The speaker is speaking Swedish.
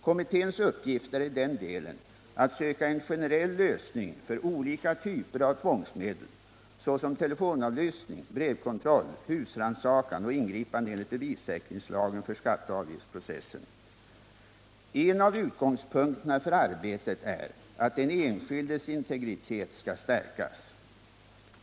Kommitténs uppgift är i den delen att söka en generell lösning för olika typer av tvångsmedel, såsom telefonavlyssning, brevkontroll, husrannsakan och ingripande enligt bevissäkringslagen för skatteoch avgiftsprocessen. En av utgångspunkterna för arbetet är att den enskildes integritet skall stärkas.